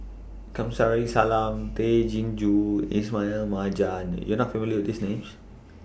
Kamsari Salam Tay Chin Joo Ismail Marjan YOU Are not familiar with These Names